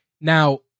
Now